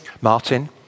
Martin